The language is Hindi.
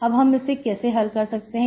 अब हम इसे कैसे हल कर सकते हैं